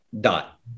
dot